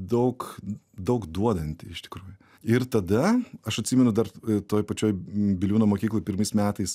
daug daug duodanti iš tikrųjų ir tada aš atsimenu dar toj pačioj biliūno mokykloj pirmais metais